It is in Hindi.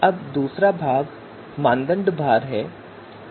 अब दूसरा भाग मानदंड भार है